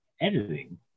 Editing